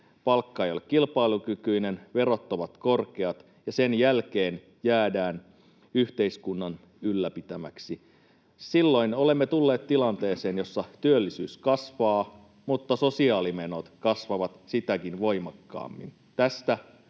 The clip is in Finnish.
palkka ei ole kilpailukykyinen, verot ovat korkeat, ja sen jälkeen jäädään yhteiskunnan ylläpitämiksi. Silloin olemme tulleet tilanteeseen, jossa työllisyys kasvaa mutta sosiaalimenot kasvavat sitäkin voimakkaammin.